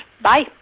Bye